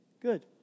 Good